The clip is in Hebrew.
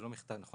אנחנו